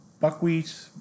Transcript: buckwheat